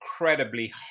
incredibly